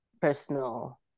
personal